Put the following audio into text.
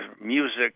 music